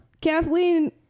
Kathleen